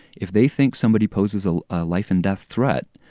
if they think somebody poses a life and death threat,